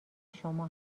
شما